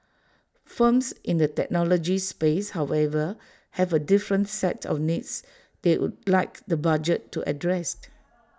firms in the technology space however have A different set of needs they would like the budget to address